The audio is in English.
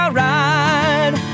ride